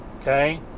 Okay